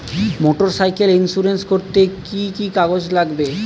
Motorcycle insurance করতে কি কি কাগজ লাগবে?